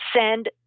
send